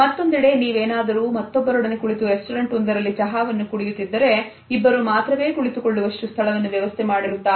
ಮತ್ತೊಂದೆಡೆ ನೀವೇನಾದರೂ ಮತ್ತೊಬ್ಬರೊಡನೆ ಕುಳಿತು ರೆಸ್ಟೋರೆಂಟ್ ಒಂದರಲ್ಲಿ ಚಹಾವನ್ನು ಕುಡಿಯುತ್ತಿದ್ದರೆ ಇಬ್ಬರು ಮಾತ್ರವೇ ಕುಳಿತುಕೊಳ್ಳುವಷ್ಟು ಸ್ಥಳವನ್ನು ವ್ಯವಸ್ಥೆ ಮಾಡಿರುತ್ತಾರೆ